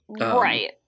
right